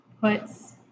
puts